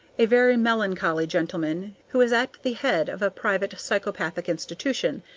a very melancholy gentleman who is at the head of a private psychopathic institution,